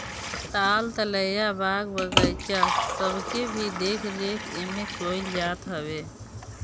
ताल तलैया, बाग बगीचा सबके भी देख रेख एमे कईल जात हवे